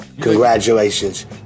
Congratulations